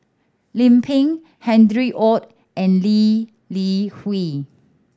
Lim Pin Harry Ord and Lee Li Hui